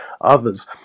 others